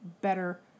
better